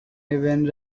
even